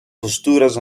postures